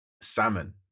salmon